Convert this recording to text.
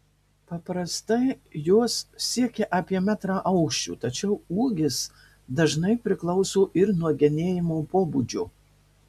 paprastai jos siekia apie metrą aukščio tačiau ūgis dažnai priklauso ir nuo genėjimo pobūdžio